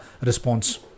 response